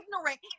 ignorant